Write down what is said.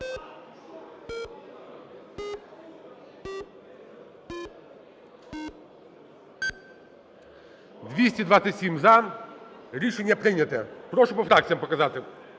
За-227 Рішення прийнято. Прошу по фракціям показати.